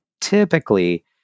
typically